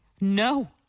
No